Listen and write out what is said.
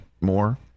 more